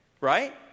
Right